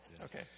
Okay